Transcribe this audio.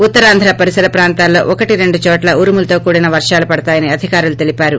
ఉత్తరాంద్ర పరిసర ప్రాంతాలలో ఒకటీ రెండు చోట్ల ఉరుములతో కూడిన వర్గాలు పడతాయిని అధికారులు తెలిపారు